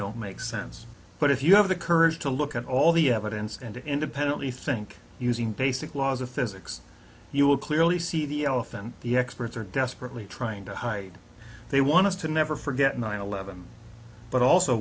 don't make sense but if you have the courage to look at all the evidence and independently think using basic laws of physics you will clearly see the elephant the experts are desperately trying to hide they want us to never forget nine eleven but also